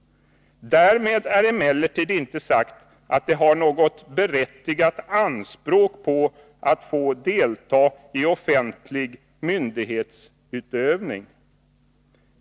Därmed är emellertid inte sagt att de har något berättigat anspråk på att få delta i offentlig myndighetsutövning.